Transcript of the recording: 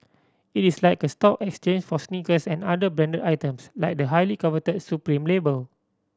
it is like a stock exchange for sneakers and other branded items like the highly coveted Supreme label